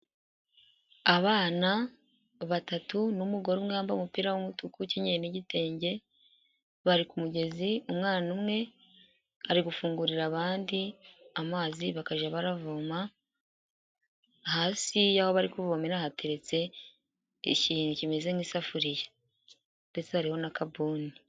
Abana batatu n'umugore umwe wambaye umupira w'umutuku ukenye n'igitenge, bari ku mugezi, umwana umwe ari gufungurira abandi amazi, bakajya baravoma, hasi y'aho bari kuvomera hateretse ikintu kimeze nk'isafuriya ndetse hariho n'akabuni.